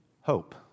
Hope